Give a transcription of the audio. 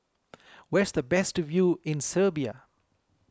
where is the best view in Serbia